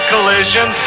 collision